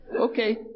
Okay